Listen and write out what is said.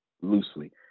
loosely